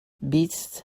beasts